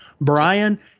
Brian